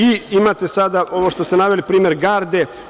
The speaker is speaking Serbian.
Imate sada, ovo što ste naveli primer Garde.